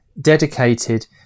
dedicated